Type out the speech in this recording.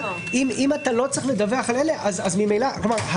אם אתה לא צריך לדווח על אלה אז ממילא כלומר,